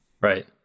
Right